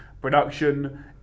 production